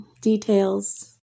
details